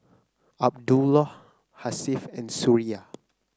Abdullah Hasif and Suria